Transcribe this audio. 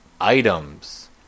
items